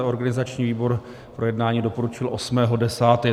Organizační výbor projednání doporučil 8. 10.